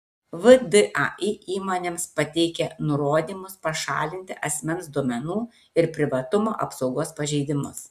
vdai įmonėms pateikė nurodymus pašalinti asmens duomenų ir privatumo apsaugos pažeidimus